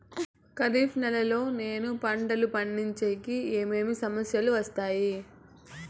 ఖరీఫ్ నెలలో నేను పంటలు పండించేకి ఏమేమి సమస్యలు వస్తాయి?